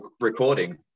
recording